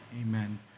amen